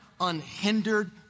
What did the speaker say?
unhindered